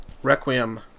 Requiem